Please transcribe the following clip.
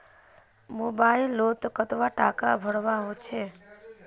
Mobile लोत कतला टाका भरवा होचे?